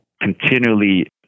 continually